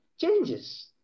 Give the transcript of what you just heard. changes